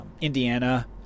Indiana